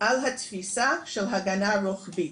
על התפיסה של הגנה רוחבית.